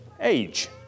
age